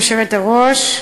גברתי היושבת-ראש,